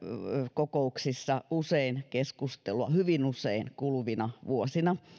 kokouksissa usein keskustelua hyvin usein kuluvina vuosina